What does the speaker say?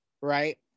right